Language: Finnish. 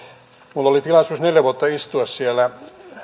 minulla oli tilaisuus neljä vuotta istua siellä